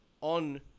on